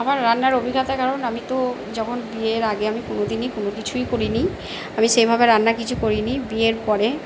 আমার রান্নার অভিজ্ঞতা কারণ আমি তো যখন বিয়ের আগে আমি কোনোদিনই কোনো কিছুই করি নি আমি সেভাবে রান্না কিছু করি নি বিয়ের পরে